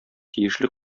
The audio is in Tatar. тиешле